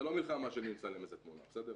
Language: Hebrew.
זה לא מלחמה שאני מצלם איזה תמונה, בסדר?